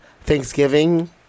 Thanksgiving